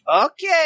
Okay